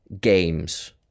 games